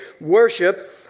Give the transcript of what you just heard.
worship